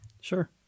Sure